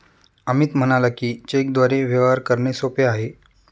अमित म्हणाला की, चेकद्वारे व्यवहार करणे सोपे आहे